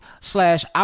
slash